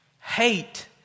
Hate